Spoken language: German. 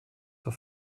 zur